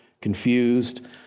confused